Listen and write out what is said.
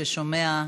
ששומע.